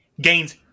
gains